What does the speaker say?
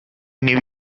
new